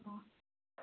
ꯑꯣ